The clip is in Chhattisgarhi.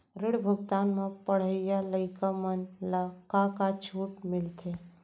ऋण भुगतान म पढ़इया लइका मन ला का का छूट मिलथे?